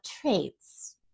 traits